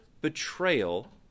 betrayal